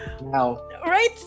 right